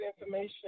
information